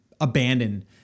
abandon